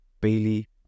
Bailey